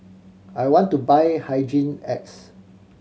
I want to buy Hygin X